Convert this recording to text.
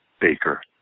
Baker